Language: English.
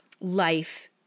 life